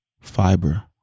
fiber